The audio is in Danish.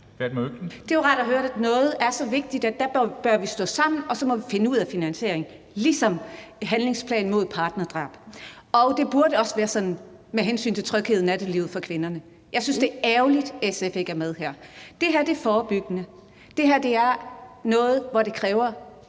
Det er jo rart at høre, at noget er så vigtigt, at der bør vi stå sammen, og så må vi finde ud af finansieringen, ligesom med handlingsplanen mod partnerdrab. Det burde også være sådan med hensyn til tryghed i nattelivet for kvinder. Jeg synes, det er ærgerligt, at SF ikke er med her. Det her er forebyggende, det her er noget, hvor det først